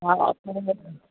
हा